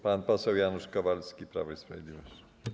Pan poseł Janusz Kowalski, Prawo i Sprawiedliwość.